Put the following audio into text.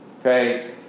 Okay